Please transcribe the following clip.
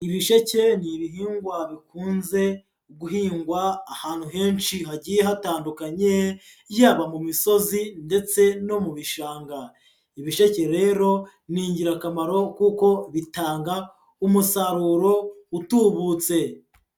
Ibisheke ni ibihingwa bikunze guhingwa ahantu henshi hagiye hatandukanye yaba mu misozi ndetse no mu bishanga, ibisheke rero ni ingirakamaro kuko bitanga umusaruro utubutse.